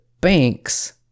bank's